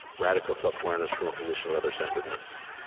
radical self-awareness from a position of other-centeredness,